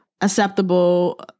acceptable